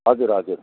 हजुर हजुर